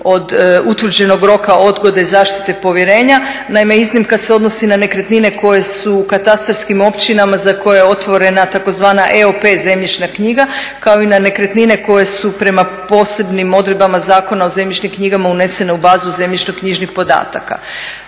od utvrđenog roka odgode i zaštite povjerenja. Naime iznimka se odnosi na nekretnine koje su katastarskim općinama za koje je otvorena tzv. EOP zemljišna knjiga kao i na nekretnine koje su prema posebnim odredbama Zakona o zemljišnim knjigama unesene u bazu zemljišno knjižnih podataka.